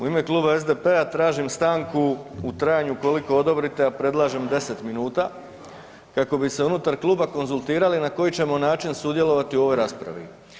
U ime Kluba SDP-a tražim stanku u trajanju koliko odobrite, ja predlažem 10 minuta kako bi se unutar kluba konzultirali na koji ćemo način sudjelovati u ovoj raspravi.